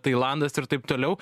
tailandas ir taip toliau